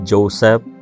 Joseph